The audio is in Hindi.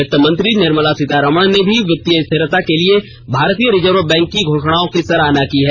वित्त मंत्री निर्मला सीतारमण ने भी वित्तीय स्थिरता के लिए भारतीय रिजर्व बैंक की घोषणाओं की सराहना की है